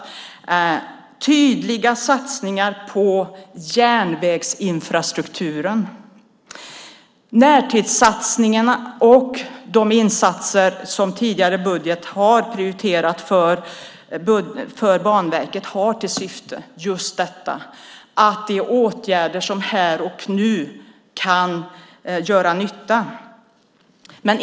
Detta är tydliga satsningar på järnvägsinfrastrukturen. Närtidssatsningarna och de insatser som vi har prioriterat i tidigare budget för Banverket har till syfte just detta, nämligen åtgärder som här och nu kan göra nytta.